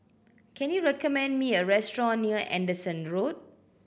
can you recommend me a restaurant near Anderson Road